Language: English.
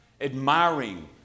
Admiring